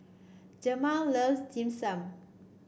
Jemal loves Dim Sum